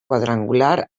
quadrangular